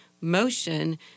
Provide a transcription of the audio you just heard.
motion